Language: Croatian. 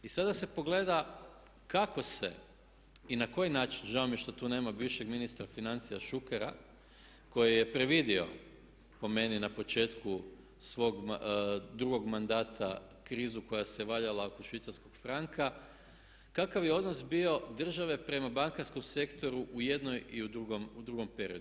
I sada se pogleda kako se i na koji način, žao mi je što tu nema bivšeg ministra financija Šukera koji je previdio po meni na početku svog drugog mandata krizu koja se valjala oko švicarskog franka, kakav je odnos bio države prema bankarskom sektoru u jednom i u drugom periodu.